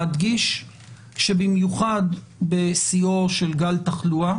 להדגיש שבמיוחד בשיאו של גל תחלואה